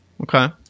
Okay